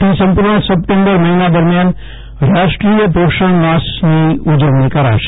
પોષણ માસ આજથી સંપુર્ણ સપ્ટેમ્બર મહિના દરમ્યાન રાષ્ટ્રીય પોષણ માસની ઉજવણી કરાશે